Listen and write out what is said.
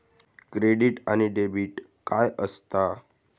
Credit आणि debit काय असता?